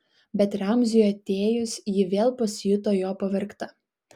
bet ramziui atėjus ji vėl pasijuto jo pavergta